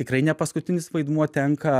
tikrai ne paskutinis vaidmuo tenka